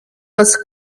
was